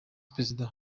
perezida